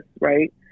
right